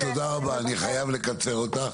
גלית תודה רבה, אני חייב לקצר אותך.